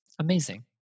amazing